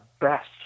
best